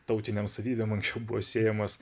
tautinėm savybėm anksčiau buvo siejamas